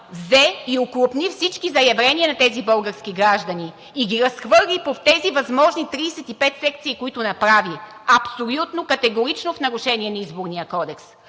взе и окрупни всички заявления на тези български граждани и ги разхвърли по тези възможни 35 секции, които направи – абсолютно категорично в нарушение на Изборния кодекс.